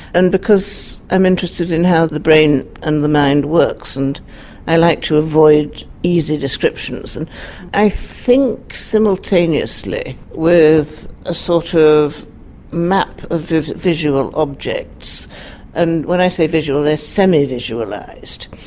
and because i'm interested in how the brain and the mind works, and i like to avoid easy descriptions. i think simultaneously with a sort of map of visual objects and when i say visual they are semi-visualised.